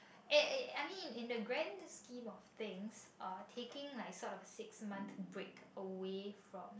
eh eh I mean in the grand skim of things uh taking like sort of six month break away from